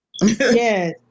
Yes